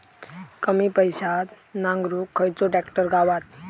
कमी पैशात नांगरुक खयचो ट्रॅक्टर गावात?